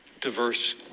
diverse